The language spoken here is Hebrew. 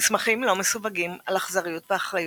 מסמכים לא מסווגים על אכזריות ואחריות".